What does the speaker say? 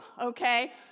okay